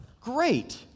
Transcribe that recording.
great